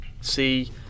see